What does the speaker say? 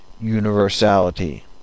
universality